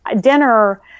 dinner